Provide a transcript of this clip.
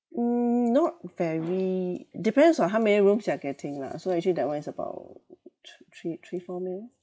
mm not very depends on how many rooms you are getting lah so actually that one is about thr~ three three four mil